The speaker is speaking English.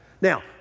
Now